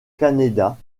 canéda